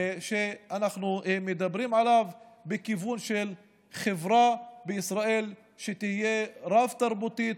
שאנחנו מדברים עליו בכינון של חברה בישראל שתהיה רב-תרבותית,